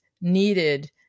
needed